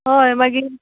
हय मागीर